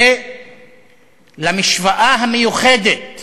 ולמשוואה המיוחדת